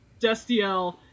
Destiel